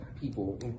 people